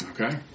Okay